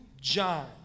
John